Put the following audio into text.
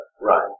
Right